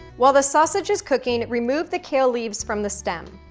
while the sausage is cooking, remove the kale leaves from the stem.